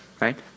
right